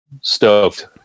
stoked